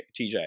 TJ